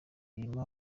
irimo